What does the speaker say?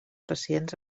pacients